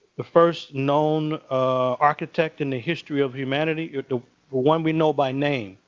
the first known architect in the history of humanity, the one we know by name,